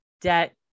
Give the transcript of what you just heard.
debt